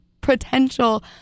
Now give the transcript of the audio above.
potential